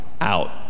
out